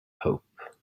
hope